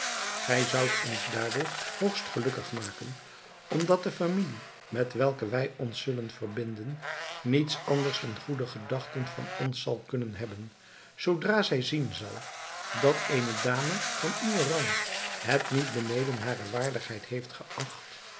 gij zoudt ons daardoor hoogst gelukkig maken omdat de familie met welke wij ons zullen verbinden niet anders dan goede gedachten van ons zal kunnen hebben zoodra zij zien zal dat eene dame van uwen rang het niet beneden hare waardigheid heeft geacht